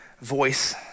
voice